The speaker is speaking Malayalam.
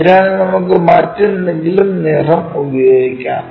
അതിനാൽ നമുക്ക് മറ്റെന്തെങ്കിലും നിറം ഉപയോഗിക്കാം